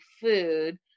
food